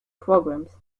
programs